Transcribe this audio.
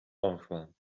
argwaan